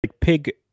Pig